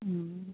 एम्हर आउ ने